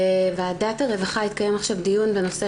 בוועדת הרווחה התקיים עכשיו דיון בנושא